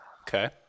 Okay